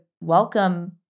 welcome